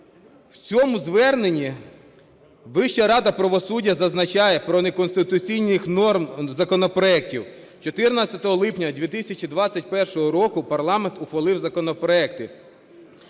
В цьому зверненні Вища рада правосуддя зазначає про неконституційність норм законопроектів. 14 липня 2021 року парламент ухвалив законопроекти.